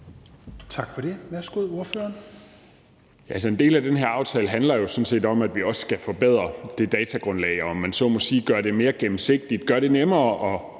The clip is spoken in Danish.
17:27 Jens Joel (S): Altså, en del af den her aftale handler jo sådan set om, at vi også skal forbedre det datagrundlag og, om man så må sige, gøre det mere gennemsigtigt; gøre det nemmere at